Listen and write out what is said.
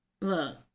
look